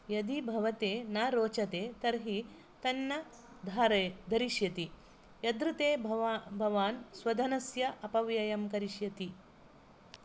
यदि भवते न रोचते तर्हि तन्न धारे धरिष्यति यदृते भवा भवान् स्वधनस्य अपव्ययं करिष्यति